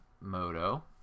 Moto